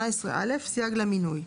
18א. סייג למינוי.